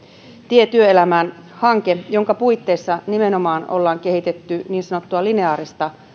tie työelämään hanke jonka puitteissa nimenomaan ollaan kehitetty niin sanottua lineaarista